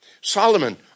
Solomon